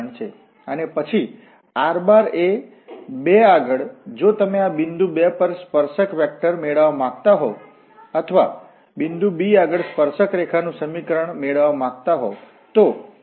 અને પછી r એ 2 આગળ જો તમે આ બિંદુ 2 પર સ્પર્શક વેક્ટર મેળવવા માંગતા હોવ અથવા બિંદુ 2 આગળ સ્પર્શક રેખા નું સમીકરણ મેળવવા માંગો હોવ